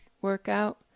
workout